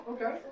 Okay